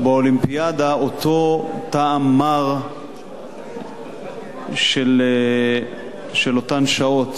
אותו טעם מר של אותן שעות